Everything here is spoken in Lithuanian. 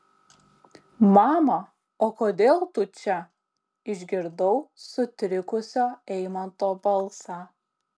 mama o kodėl tu čia išgirdau sutrikusio eimanto balsą